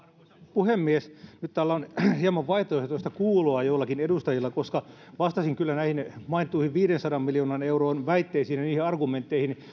puhemies nyt täällä on hieman vaihtoehtoista kuuloa joillakin edustajilla koska vastasin kyllä näihin mainittuihin viidensadan miljoonan euron väitteisiin ja niihin argumentteihin